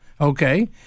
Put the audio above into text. Okay